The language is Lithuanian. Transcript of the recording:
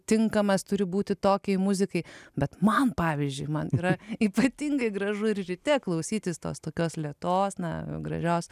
tinkamas turi būti tokiai muzikai bet man pavyzdžiui man yra ypatingai gražu ir ryte klausytis tos tokios lėtos na gražios